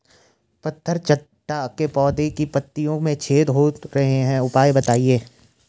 पत्थर चट्टा के पौधें की पत्तियों में छेद हो रहे हैं उपाय बताएं?